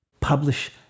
publish